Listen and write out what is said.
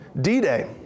D-Day